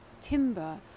timber